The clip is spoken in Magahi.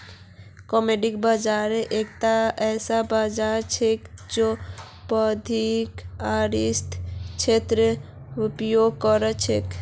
कमोडिटी बाजार एकता ऐसा बाजार छिके जे प्राथमिक आर्थिक क्षेत्रत व्यापार कर छेक